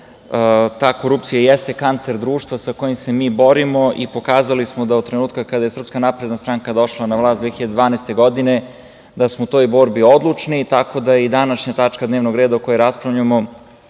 ta korupcija i jeste kancer društva sa kojim se mi borimo i pokazali smo da od trenutka kada je SNS došla na vlast, 2012. godine, da smo u toj borbi odlučni, tako da i današnja tačka dnevnog reda o kojoj raspravljamo,